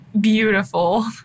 beautiful